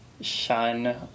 shun